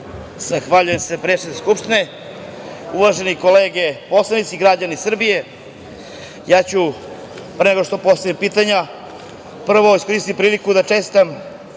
Zahvaljujem se predsedniku Skupštine. Uvažene kolege poslanici, građani Srbije, ja ću pre nego što postavim pitanja prvo iskoristiti priliku da čestitam